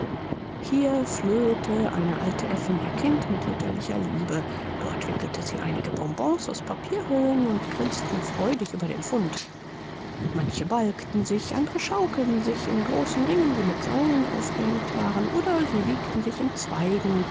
hier flöhte eine alte aeffin ihr kind mit mütterlicher liebe dort wickelten sie einige bonbons aus papierhüllen und grinzten freudig über den fund manche balgten sich andere schaukelten sich in großen ringen die mit seilen aufgehängt waren oder sie wiegten sich in zweigen